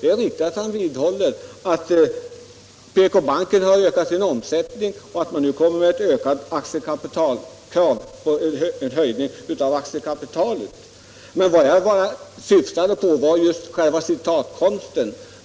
det är riktigt att PK-banken nu höjer aktiekapitalet, när banken har ökat sin omsättning. Ja, men vad jag syftade på var själva citatkonsten.